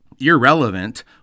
Irrelevant